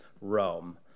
Rome